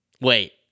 Wait